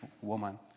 woman